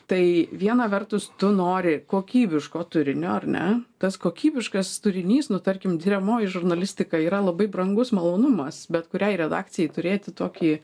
tai viena vertus tu nori kokybiško turinio ar ne tas kokybiškas turinys nu tarkim tiriamoji žurnalistika yra labai brangus malonumas bet kuriai redakcijai turėti tokį